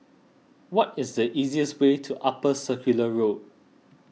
what is the easiest way to Upper Circular Road